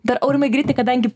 dar aurimai greitai kadangi